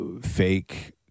fake